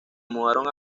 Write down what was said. mudaron